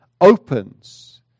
opens